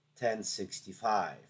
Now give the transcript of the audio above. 1065